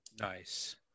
Nice